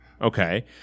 Okay